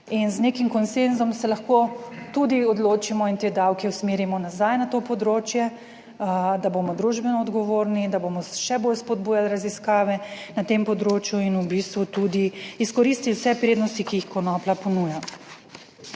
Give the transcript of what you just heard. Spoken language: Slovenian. In z nekim konsenzom se lahko tudi odločimo in te davke usmerimo nazaj na to področje, da bomo družbeno odgovorni, da bomo še bolj spodbujali raziskave na tem področju in v bistvu tudi izkoristili vse prednosti, ki jih konoplja ponuja.